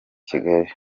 kigali